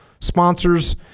sponsors